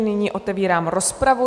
Nyní otevírám rozpravu.